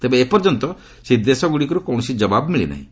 ତେବେ ଏପର୍ଯ୍ୟନ୍ତ ସେହି ଦେଶଗୁଡ଼ିକର୍ତ କୌଣସି ଜବାବ ମିଳି ନାହିଁ